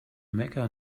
mecca